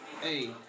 Hey